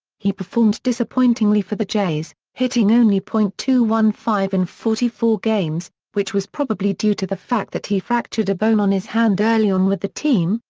he performed disappointingly for the jays, hitting only point two one five in forty four games, which was probably due to the fact that he fractured a bone on his hand early on with the team,